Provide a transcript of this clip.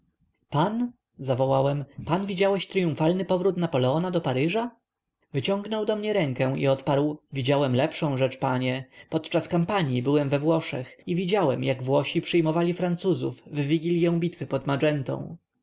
zawołałem pan widziałeś tryumfalny powrót napoleona do paryża wyciągnął do mnie rękę i odparł widziałem lepszą rzecz panie podczas kampanii byłem we włoszech i widziałem jak włosi przyjmowali francuzów w wigilią bitwy pod magentą